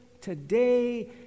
today